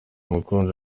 mukunzi